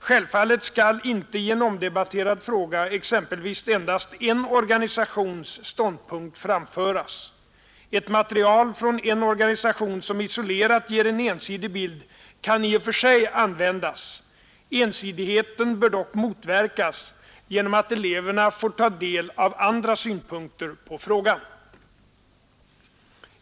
Självfallet skall inte i en omdebatterad fråga exempelvis endast en organisations ståndpunkt framföras. Ett material från en organisation som isolerat ger en ensidig bild kan i och för sig användas. Ensidigheten bör dock motverkas genom att eleverna får ta del av andra synpunkter på frågan.